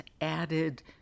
added